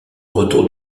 retour